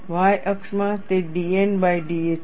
y અક્ષમાં તે dN by da છે